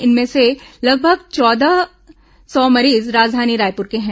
इनमें से लगभग चौदह सौ मरीज राजधानी रायपुर के हैं